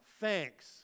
thanks